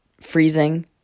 freezing